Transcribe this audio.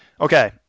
Okay